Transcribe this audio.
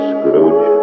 Scrooge